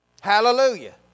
Hallelujah